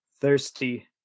Thirsty